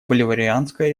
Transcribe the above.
боливарианская